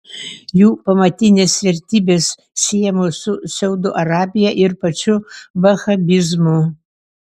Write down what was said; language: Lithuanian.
jų pamatinės vertybės siejamos su saudo arabija ir pačiu vahabizmu